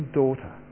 daughter